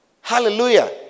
Hallelujah